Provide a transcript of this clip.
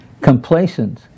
complacent